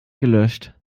gelöscht